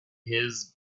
his